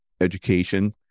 education